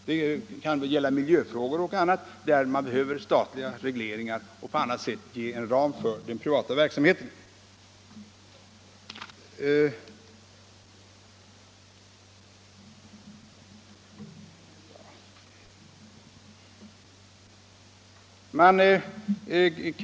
Det kan gälla miljöfrågor och annat där man genom statliga regleringar och på annat sätt behöver ge en ram för den privata verksamheten.